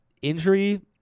injury